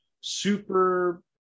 super